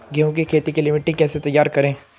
गेहूँ की खेती के लिए मिट्टी कैसे तैयार करें?